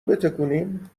بتکونیم